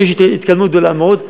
שיש בה התקדמות גדולה מאוד,